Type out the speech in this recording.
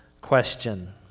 question